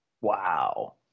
Wow